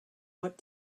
what